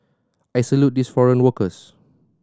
I salute these foreign workers